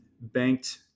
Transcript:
banked